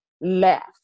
left